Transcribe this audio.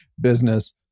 business